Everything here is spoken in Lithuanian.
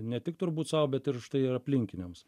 ne tik turbūt sau bet ir štai ir aplinkiniams